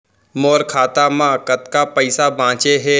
मोर खाता मा कतका पइसा बांचे हे?